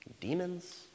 Demons